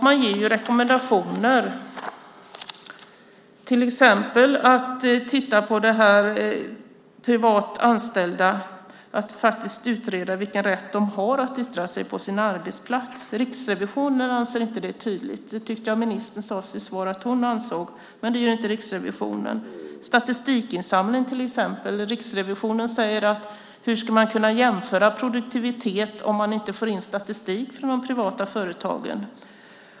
Man ger rekommendationer, till exempel att utreda vilken rätt de privat anställda har att yttra sig på sin arbetsplats. Riksrevisionen anser inte att det är tydligt. Ministern sade i sitt svar att hon ansåg det, men det gör inte Riksrevisionen. Det gäller även statistikinsamling. Riksrevisionen undrar hur man ska kunna jämföra produktivitet om man inte får in statistik från de privata företagen.